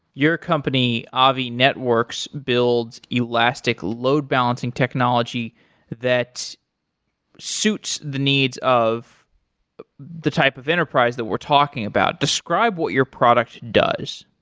your company avi networks builds elastic load balancing technology that suits the needs of the type of enterprise that we're talking about. describe what your products does?